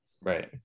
Right